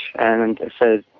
and and said,